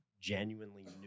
genuinely